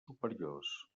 superiors